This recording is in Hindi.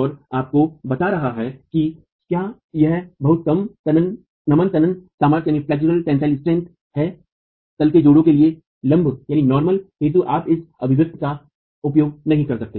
और आपको बता रहा है कि क्या यह बहुत कम नमन तनन सामर्थ्य है तल के जोड़ों के लिए लम्ब हेतु आप इस अभिव्यक्ति का उपयोग नहीं कर सकते हैं